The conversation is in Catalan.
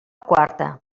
quarta